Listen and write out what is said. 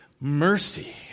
mercy